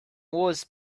was